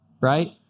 right